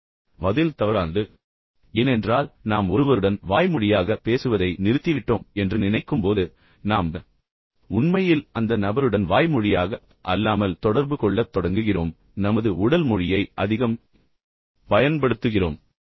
இப்போது பதில் தவறானது ஏனென்றால் நாம் ஒருவருடன் வாய்மொழியாக பேசுவதை நிறுத்திவிட்டோம் என்று நினைக்கும் போது நாம் உண்மையில் அந்த நபருடன் வாய்மொழியாக அல்லாமல் தொடர்பு கொள்ளத் தொடங்குகிறோம் நமது உடல் மொழியை அதிகம் பயன்படுத்துகிறோம்